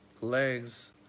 legs